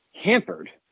hampered